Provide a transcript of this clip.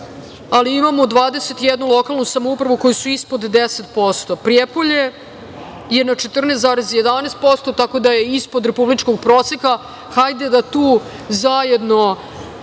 ali imamo 21 lokalnu samoupravu koji su ispod 10%.Prijepolje je na 14,11%, tako da je ispod republičkog proseka. Hajde da tu zajedno